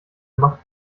macht